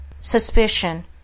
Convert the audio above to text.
suspicion